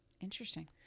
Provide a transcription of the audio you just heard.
Interesting